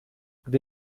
gdy